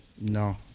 No